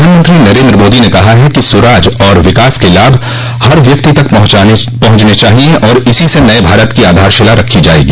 प्रधानमंत्री नरेन्द्र मोदी ने कहा है कि सुराज और विकास के लाभ हर व्यक्ति तक पहुंचने चाहिए और इसी स नये भारत की आधारशिला रखी जायेगी